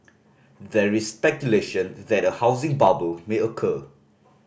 there is speculation that a housing bubble may occur